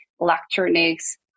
electronics